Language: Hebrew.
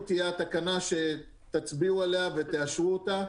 תהיה התקנה שתצביעו עליה ותאשרו אותה.